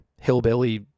hillbilly